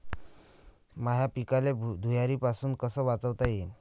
माह्या पिकाले धुयारीपासुन कस वाचवता येईन?